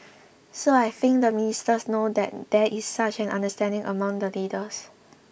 so I think the ministers know that there is such an understanding among the leaders